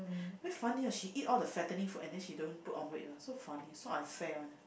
a bit funny you know she eat all the fattening food and then she don't put on weight one so funny so unfair [one]